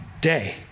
day